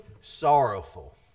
sorrowful